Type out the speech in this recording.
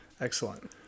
Excellent